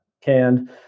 canned